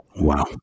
Wow